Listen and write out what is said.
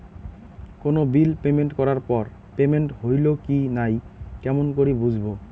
কোনো bill payment করার পর পেমেন্ট হইল কি নাই কেমন করি বুঝবো?